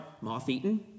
moth-eaten